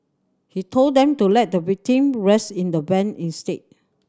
he told them to let the victim rest in the van instead